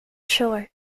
shore